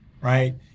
right